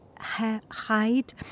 hide